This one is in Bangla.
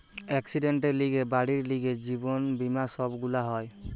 একসিডেন্টের লিগে, বাড়ির লিগে, জীবন বীমা সব গুলা হয়